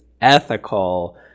ethical